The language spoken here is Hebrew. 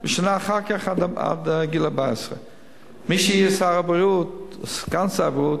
ושנה אחר כך עד גיל 14. מי שיהיה שר הבריאות או סגן שר הבריאות,